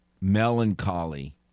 Melancholy